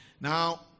Now